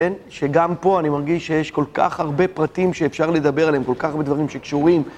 כן, שגם פה אני מרגיש שיש כל כך הרבה פרטים שאפשר לדבר עליהם, כל כך הרבה דברים שקשורים.